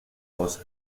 osa